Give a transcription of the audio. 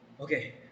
Okay